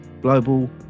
Global